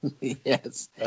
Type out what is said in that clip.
Yes